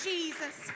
Jesus